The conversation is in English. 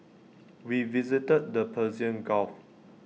we visited the Persian gulf